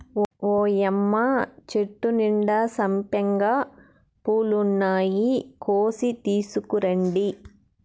ఓయ్యమ్మ చెట్టు నిండా సంపెంగ పూలున్నాయి, కోసి తీసుకురండి